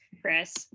Chris